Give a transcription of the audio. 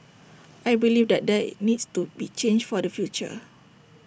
I believe that there needs to be change for the future